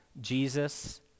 Jesus